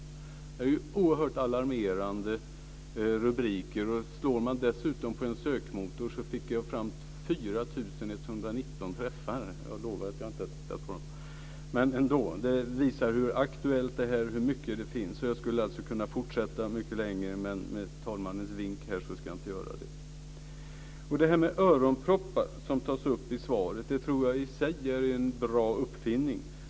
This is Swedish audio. Detta är oerhört alarmerande rubriker. När jag gick in och sökte fick jag 4 119 träffar. Jag lovar att jag inte har tittat på dem. Men det visar ändå hur aktuellt det här är och hur mycket som skrivs om det. Jag skulle kunna fortsätta mycket längre, men efter talmannens vink här ska jag inte göra det. Det här med öronproppar, som tas upp i svaret, tror jag i sig är en bra uppfinning.